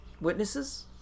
witnesses